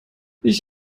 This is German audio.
ich